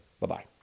Bye-bye